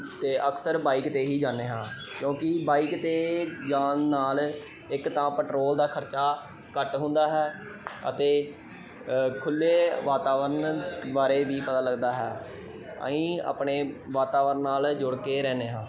ਅਤੇ ਅਕਸਰ ਬਾਈਕ 'ਤੇ ਹੀ ਜਾਂਦੇ ਹਾਂ ਕਿਉਂਕਿ ਬਾਈਕ 'ਤੇ ਜਾਣ ਨਾਲ ਇੱਕ ਤਾਂ ਪੈਟਰੋਲ ਦਾ ਖਰਚਾ ਘੱਟ ਹੁੰਦਾ ਹੈ ਅਤੇ ਖੁੱਲ੍ਹੇ ਵਾਤਾਵਰਨ ਬਾਰੇ ਵੀ ਪਤਾ ਲੱਗਦਾ ਹੈ ਅਸੀਂ ਆਪਣੇ ਵਾਤਾਵਰਨ ਨਾਲ ਜੁੜ ਕੇ ਰਹਿੰਦੇ ਹਾਂ